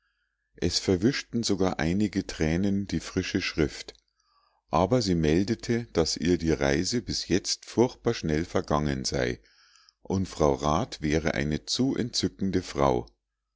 es verwischten sogar einige thränen die frische schrift aber sie meldete daß ihr die reise bis jetzt furchtbar schnell vergangen sei und frau rat wäre eine zu entzückende frau